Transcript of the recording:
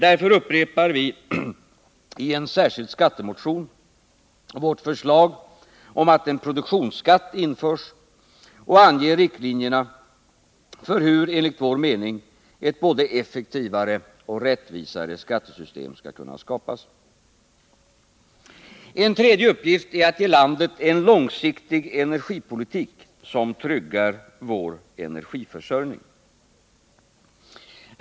Därför upprepar vi i en särskild skattemotion vårt förslag om att en produktionsskatt införs och anger riktlinjerna för hur, enligt vår mening, ett både effektivare och rättvisare skattesystem skall kunna skapas. En tredje uppgift är att ge landet en långsiktig energipolitik, som tryggar vår energiförsörjning.